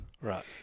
Right